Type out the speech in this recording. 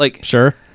Sure